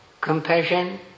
compassion